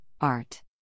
Art